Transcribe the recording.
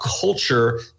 culture